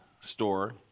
store